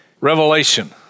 revelation